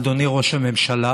אדוני ראש הממשלה,